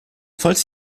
falls